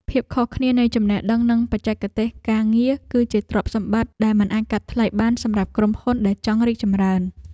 ភាពខុសគ្នានៃចំណេះដឹងនិងបច្ចេកទេសការងារ គឺជាទ្រព្យសម្បត្តិដែលមិនអាចកាត់ថ្លៃបានសម្រាប់ក្រុមហ៊ុនដែលចង់រីកចម្រើន។